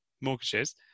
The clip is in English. mortgages